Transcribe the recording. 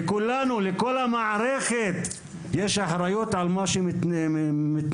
לכל המערכת יש אחריות על מה שמתנהל